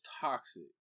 toxic